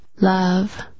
Love